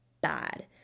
bad